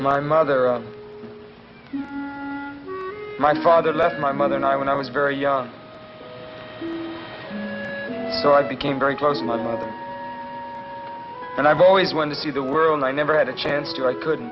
my mother my father left my mother and i when i was very young so i became very close to my mother and i've always wanted to see the world i never had a chance to i couldn't